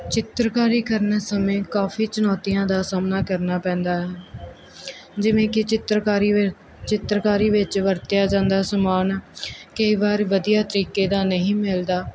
ਚਿੱਤਰਕਾਰੀ ਕਰਨ ਸਮੇਂ ਕਾਫ਼ੀ ਚੁਣੌਤੀਆਂ ਦਾ ਸਾਹਮਣਾ ਕਰਨਾ ਪੈਂਦਾ ਜਿਵੇਂ ਕਿ ਚਿੱਤਰਕਾਰੀ ਵਿ ਚਿੱਤਰਕਾਰੀ ਵਿੱਚ ਵਰਤਿਆ ਜਾਂਦਾ ਸਮਾਨ ਕਈ ਵਾਰ ਵਧੀਆ ਤਰੀਕੇ ਦਾ ਨਹੀਂ ਮਿਲਦਾ